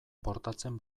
portatzen